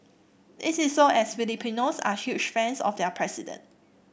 this is so as Filipinos are huge fans of their president